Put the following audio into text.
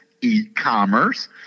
e-commerce